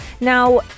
Now